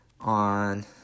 on